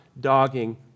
dogging